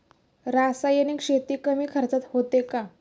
रासायनिक शेती कमी खर्चात होते का?